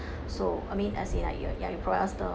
so I mean as in like you are ya you provide us the